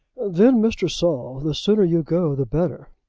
then, mr. saul, the sooner you go the better.